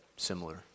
similar